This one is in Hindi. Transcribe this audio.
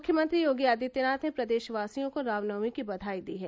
मुख्यमंत्री योगी आदित्यनाथ ने प्रदेशवासियों को रामनवमी की बधाई दी है